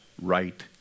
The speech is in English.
right